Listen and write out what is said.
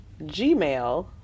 gmail